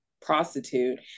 prostitute